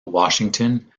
washington